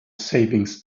savings